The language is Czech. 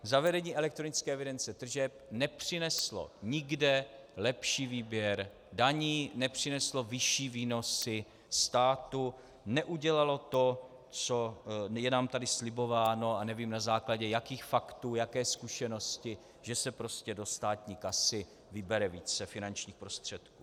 Zavedení elektronické evidence tržeb nepřineslo nikde lepší výběr daní, nepřineslo vyšší výnosy státu, neudělalo to, co je nám tady slibováno, a nevím, na základě jakých faktů, jaké zkušenosti, že se prostě do státní kasy vybere více finančních prostředků.